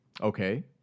Okay